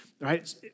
right